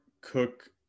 cook